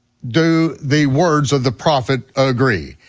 do the words of the prophet agree.